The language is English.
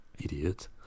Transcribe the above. idiot